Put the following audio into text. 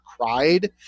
cried